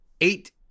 eight